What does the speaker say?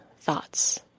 thoughts